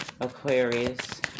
Aquarius